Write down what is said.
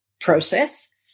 Process